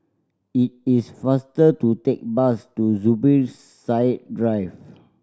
it is faster to take bus to Zubir Said Drive